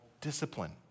discipline